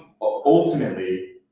ultimately